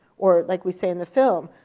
or like we say in the film,